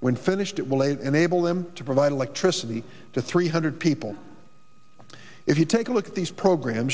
when finished it will aid enable them to provide electricity to three hundred people if you take a look at these programs